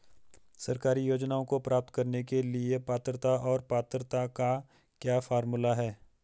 सरकारी योजनाओं को प्राप्त करने के लिए पात्रता और पात्रता का क्या फार्मूला है?